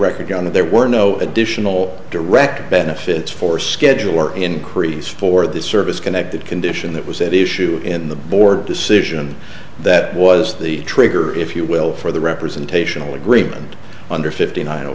record on that there were no additional direct benefits for schedule or increase for this service connected condition that was at issue in the board decision that was the trigger if you will for the representational agreement under fifty nine